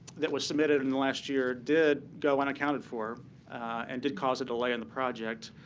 that was submitted in the last year did go unaccounted for and did cause a delay in the project.